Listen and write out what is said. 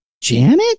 Janet